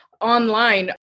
online